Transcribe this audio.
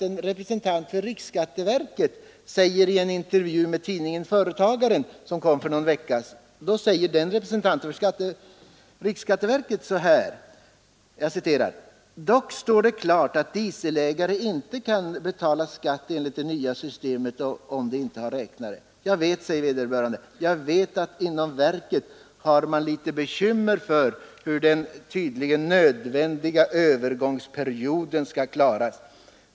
En representant för riksskatteverket säger nämligen i en intervju i ett nummer av tidningen Företagaren för någon vecka sedan: ”Dock står det klart att dieselägarna inte kan betala skatt enligt det nya systemet om de inte har räknare. Jag vet att inom verket har man lite bekymmer för hur den tydligen nödvändiga övergångsperioden skall klaras.